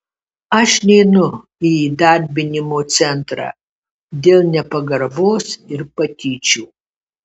aš neinu į įdarbinimo centrą dėl nepagarbos ir patyčių